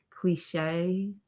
cliche